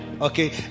Okay